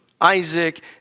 Isaac